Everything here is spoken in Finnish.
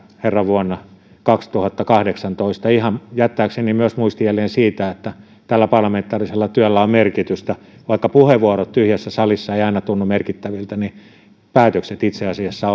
herran vuonna kaksituhattakahdeksantoista ihan jättääkseni myös muistijäljen siitä että tällä parlamentaarisella työllä on merkitystä vaikka puheenvuorot tyhjässä salissa eivät aina tunnu merkittäviltä niin päätökset itse asiassa